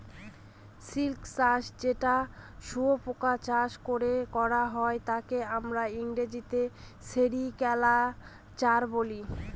silk চাষ যেটা শুয়োপোকা চাষ করে করা হয় তাকে আমরা ইংরেজিতে সেরিকালচার বলে